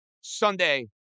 Sunday